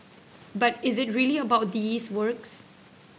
but is it really about these works